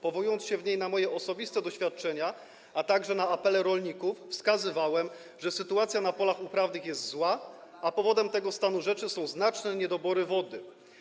Powołując się w niej na moje osobiste doświadczenia, a także apele rolników, wskazywałem, że sytuacja na polach uprawnych jest zła, a powodem tego stanu rzeczy są znaczne niedobory wody.